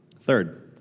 Third